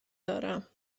دارم